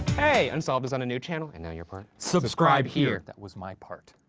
hey unsolved is on a new channel, and now your part. subscribe here. that was my part.